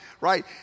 right